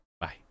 Bye